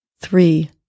three